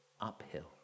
uphill